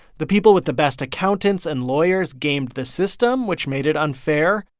the people with the best accountants and lawyers gamed the system, which made it unfair.